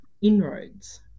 inroads